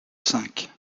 cinq